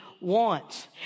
wants